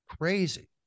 Crazy